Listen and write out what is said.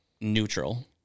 neutral